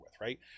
right